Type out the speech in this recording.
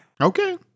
Okay